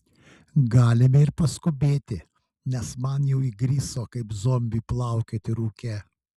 galime ir paskubėti nes man jau įgriso kaip zombiui plaukioti rūke